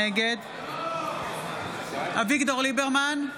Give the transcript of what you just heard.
נגד אביגדור ליברמן,